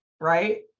right